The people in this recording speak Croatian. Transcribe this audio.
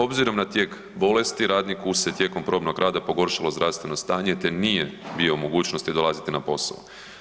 Obzirom na tijek bolesti radniku se tijekom probnog rada pogoršalo zdravstveno stanje te nije bio u mogućnosti dolaziti na posao.